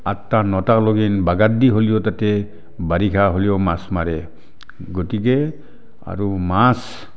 আঠটা নটা লৈকে বাগান দি হ'লেও তাতে বাৰিষা হ'লেও মাছ মাৰে গতিকে আৰু মাছ